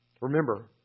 Remember